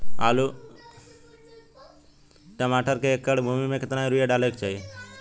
अभी आलू के उद्भव दर ढेर धीमा हो गईल बा